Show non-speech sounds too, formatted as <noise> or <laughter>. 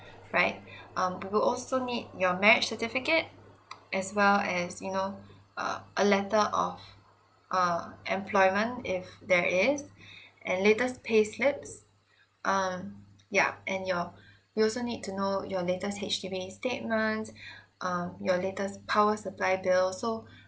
right um we will also need your marriage certificate as well as you know err a letter of uh employment if there is <breath> and latest payslips um yup and your we also need to know your latest H_D_B's statement <breath> um your latest power supply bills so